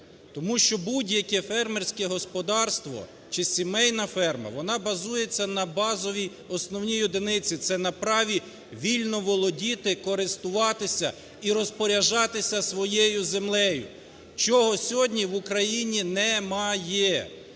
Тому що будь-яке фермерське господарство чи сімейна ферма, вона базується на базовій основній одиниці – це на праві вільно володіти, користуватися і розпоряджатися своєю землею, чого сьогодні в Україні немає.